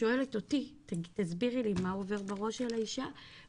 היא שואלת אותי תסבירי לי מה עובר בראש של האישה,